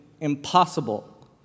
impossible